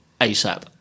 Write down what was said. ASAP